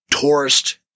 tourist